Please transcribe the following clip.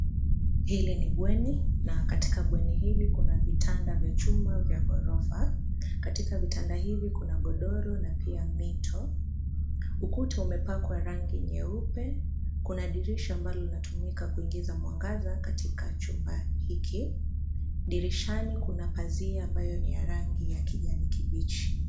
Hili ni bweni na katika bweni hili kuna vitanda vya chuma vya gorofa. Katika vitanda hivi kuna godoro na pia mito. Ukuta umepakwa rangi nyeupe. Kuna dirisha ambalo linatumika kuingiza mwangaza katika chumba hiki. Dirishani kuna pazia ambayo ni ya rangi ya kijani kibichi.